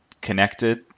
connected